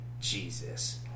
jesus